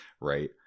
Right